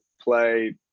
play